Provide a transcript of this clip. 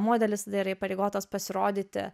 modelis tada yra įpareigotas pasirodyti